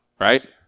right